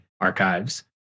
archives